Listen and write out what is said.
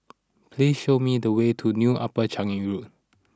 please show me the way to New Upper Changi Road